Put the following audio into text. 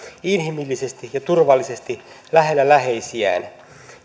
inhimillisesti ja turvallisesti lähellä läheisiä